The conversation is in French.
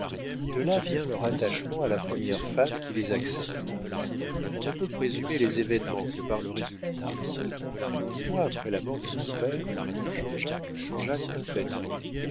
de là vient leur attachement à la première femme qui les accepte on ne peut présumer les événements que par le résultat dix mois après la mort de son père jean-jacques changea complétement